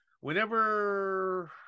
whenever